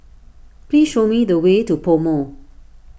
please show me the way to PoMo